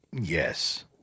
Yes